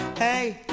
Hey